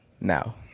now